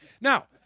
Now